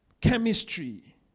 chemistry